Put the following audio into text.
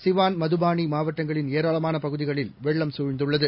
சிவான் மதபானிமாவட்டங்களின் ஏராளமானபகுதிகளில் வெள்ளம் சூழ்ந்துள்ளது